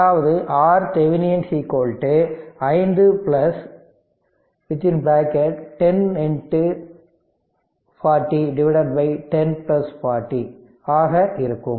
அதாவது Rth 5 10 40 1040 ஆக இருக்கும்